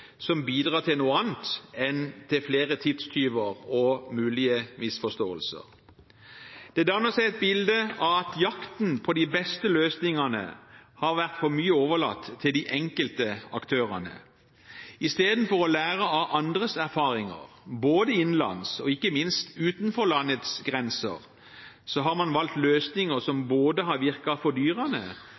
som bidrar til noe annet enn til flere tidstyver og mulige misforståelser. Det danner seg et bilde av at jakten på de beste løsningene har vært for mye overlatt til de enkelte aktørene. Istedenfor å lære av andres erfaringer – både innenlands og ikke minst utenfor landets grenser – har man valgt løsninger som både har